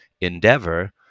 endeavor